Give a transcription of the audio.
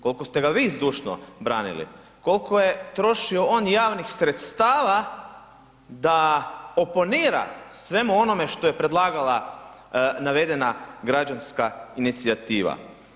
Koliko ste ga vi zdušno branili, koliko je trošio on javnih sredstava da oponira svemu onome što je predlagala navedena građanska inicijativa.